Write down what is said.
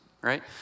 right